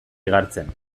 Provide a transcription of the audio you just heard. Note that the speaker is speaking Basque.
igartzen